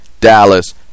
Dallas